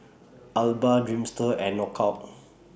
Alba Dreamster and Knockout